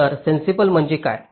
तर सेन्सिबल म्हणजे काय